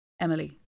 Emily